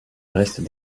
reste